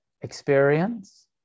experience